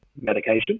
medication